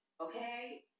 Okay